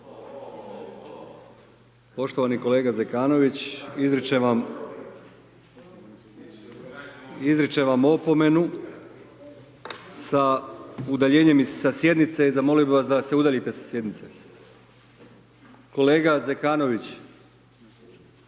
Poštovani kolega Zekanović izričem vam opomenu sa udaljenjem sa sjednice i zamolio bih vas da se udaljite sa sjednice. Kolega Zekanović,